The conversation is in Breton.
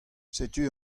setu